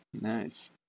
Nice